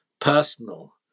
personal